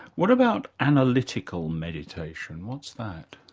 what about analytical meditation? what's that?